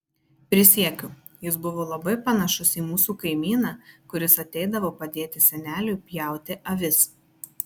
prisiekiu jis buvo labai panašus į mūsų kaimyną kuris ateidavo padėti seneliui pjauti avis